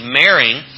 marrying